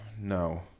No